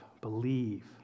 Believe